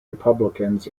republicans